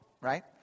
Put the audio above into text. Right